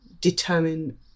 determine